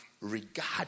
regard